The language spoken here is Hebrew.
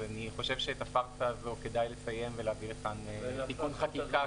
אז את הפארסה הזאת כדאי לסיים ולהביא לכאן תיקון חקיקה,